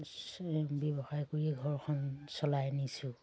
ব্যৱসায় কৰিয়ে ঘৰখন চলাই নিছোঁ